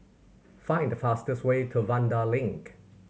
find the fastest way to Vanda Link